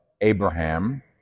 Abraham